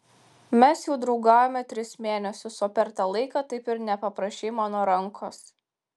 mes jau draugaujame tris mėnesius o per tą laiką taip ir nepaprašei mano rankos